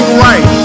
right